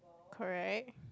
correct